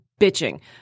bitching